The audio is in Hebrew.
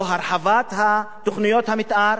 או הרחבת תוכניות המיתאר,